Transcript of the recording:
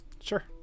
Sure